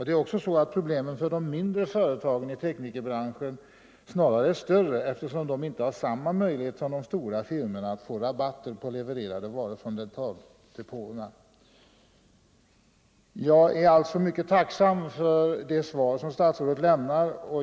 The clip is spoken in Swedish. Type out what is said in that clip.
Det är också så, att problemen snarare torde vara större för de mindre företagen inom tandteknikerbranschen, eftersom de inte har samma möjlighet som de stora firmorna att erhålla rabatter på levererade varor från dentaldepöterna. Jag är alltså mycket tacksam för det svar som statsrådet lämnat.